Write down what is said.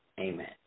Amen